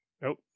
Nope